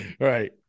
Right